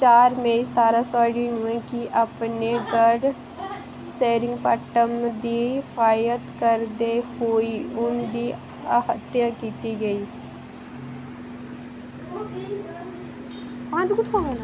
चार मेई सतारां सौ नड़ीनवैं गी अपने गढ़ सेरिंगपट्टम दी फ्हाजत करदे होई उं'दी हत्या कीती गेई